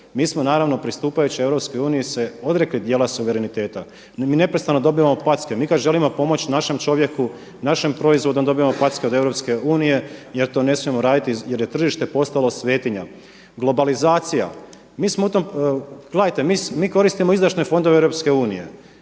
Mi smo naravno pristupajući EU se odrekli dijela suvereniteta. Mi neprestano dobivamo packe. Mi kada želimo pomoći našem čovjeku, našem proizvodu onda dobijemo packe od EU jer to ne smijemo raditi jer je tržište postalo svetinja. Globalizacije, mi smo u tome, gledajte mi koristimo izdašne fondove EU,